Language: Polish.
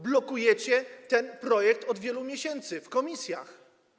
Blokujecie ten projekt od wielu miesięcy w komisjach.